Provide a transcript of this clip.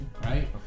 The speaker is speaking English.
Right